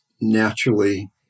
naturally